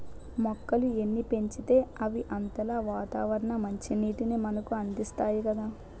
మొక్కలు ఎన్ని పెంచితే అవి అంతలా వాతావరణ మంచినీటిని మనకు అందిస్తాయి కదా